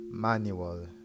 manual